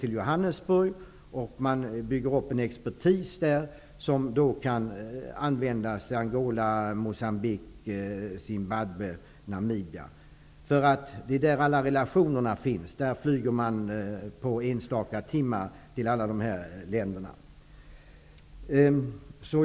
Där kan man bygga upp en expertis, som kan användas i Det är där som alla relationer finns, och därifrån flyger man på några enstaka timmar till alla dessa länder.